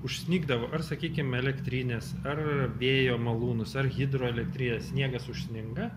užsnigdavo ar sakykim elektrines ar vėjo malūnus ar hidroelektrines sniegas užsninga